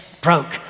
broke